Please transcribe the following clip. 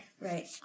Right